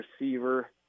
receiver